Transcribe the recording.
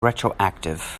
retroactive